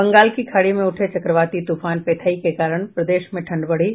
बंगाल की खाड़ी में उठे चक्रवाती तूफान पेथाई के कारण प्रदेश में ठंड बढ़ी